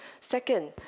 Second